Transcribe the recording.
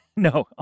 No